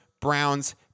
Browns